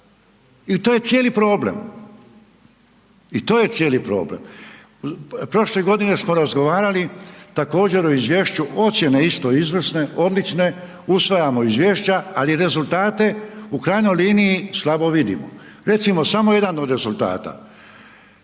I to je cijeli problem i to je cijeli problem. Prošle godine smo razgovarali, također o izvješću, ocjene isto izvrsne, odlične, usvajamo izvješća, ali rezultate, u krajnjoj liniji, slabo vidimo. Recimo samo jedan od rezultata,